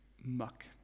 muck